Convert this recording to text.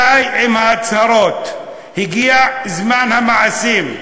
די עם ההצהרות, הגיע זמן המעשים.